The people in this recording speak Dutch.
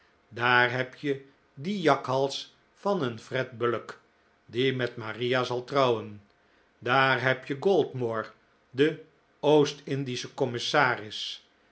daar heb je dien jakhals van een fred bullock die met maria zal trouwen daar heb je goldmore den qost indischen commissaris